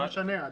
לא משנה,